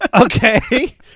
okay